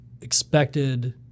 expected